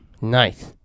Nice